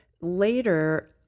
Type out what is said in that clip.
Later